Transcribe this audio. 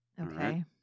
Okay